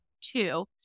two